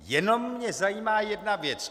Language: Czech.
Jenom mě zajímá jedna věc.